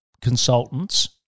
consultants